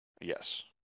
Yes